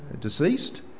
deceased